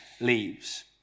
leaves